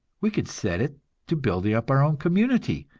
we can set it to building up our own community,